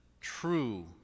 true